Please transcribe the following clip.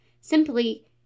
simply